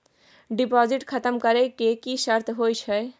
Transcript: Deposit खतम करे के की सर्त होय छै?